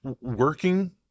working